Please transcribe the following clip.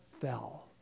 fell